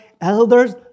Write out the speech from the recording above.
elders